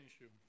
issue